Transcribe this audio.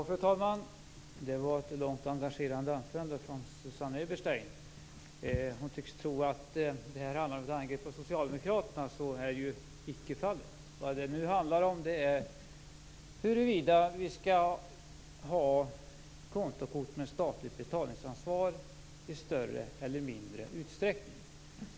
Fru talman! Det var ett långt och engagerande anförande från Susanne Eberstein. Hon tycks tro att detta är ett angrepp på socialdemokraterna. Så är ju icke fallet. Det handlar om huruvida vi skall ha kontokort med statligt betalningsansvar i större eller mindre utsträckning.